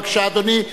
בבקשה, אדוני.